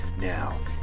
Now